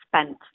spent